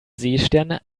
seesterne